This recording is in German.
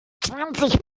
zwanzig